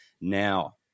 Now